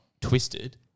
twisted